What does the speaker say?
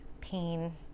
pain